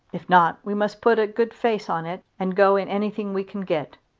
if not we must put a good face on it and go in anything we can get.